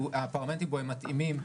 שהפרמטרים בו מתאימים,